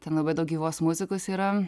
ten labai daug gyvos muzikos yra